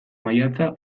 maiatza